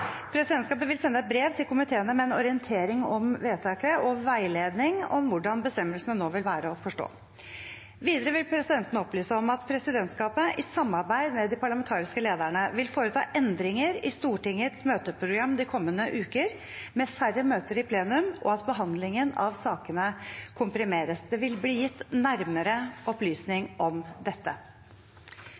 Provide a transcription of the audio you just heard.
Presidentskapet vil sende et brev til komiteene med en orientering om vedtaket og veiledning om hvordan bestemmelsene nå vil være å forstå. Videre vil presidenten opplyse om at presidentskapet i samarbeid med de parlamentariske lederne vil foreta endringer i Stortingets møteprogram de kommende uker, med færre møter i plenum, og at behandlingen av sakene komprimeres noe. Det vil bli gitt nærmere opplysninger om dette.